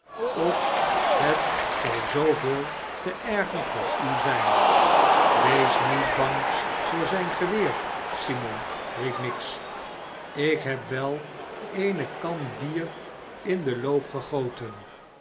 of het zal zooveel te erger voor u zijn wees niet bang voor zijn geweer simon riep miggs ik heb wel eene kan bier in den loop gegoten